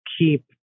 keep